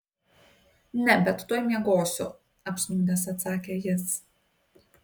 ne bet tuoj miegosiu apsnūdęs atsakė jis